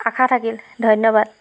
আশা থাকিল ধন্যবাদ